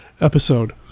episode